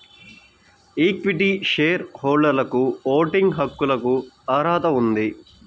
equity share హోల్డర్లకుఓటింగ్ హక్కులకుఅర్హత ఉంది